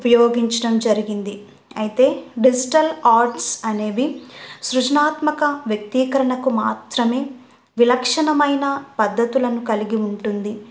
ఉపయోగించడం జరిగింది అయితే డిజిటల్ ఆర్ట్స్ అనేవి సృజనాత్మక వ్యక్తీకరణకు మాత్రమే విలక్షణమైన పద్ధతులను కలిగి ఉంటుంది